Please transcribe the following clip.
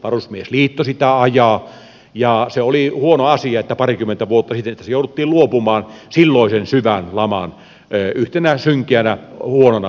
varusmiesliitto sitä ajaa ja se oli huono asia että parikymmentä vuotta sitten siitä jouduttiin luopumaan silloisen syvän laman yhtenä synkeänä huonona seurauksena